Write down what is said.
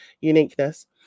uniqueness